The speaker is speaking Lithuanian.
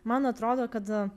man atrodo kad